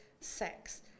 sex